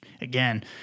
again